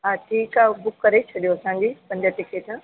हा ठीकु आहे बुक करे छॾियो असांजी पंज टिकेटा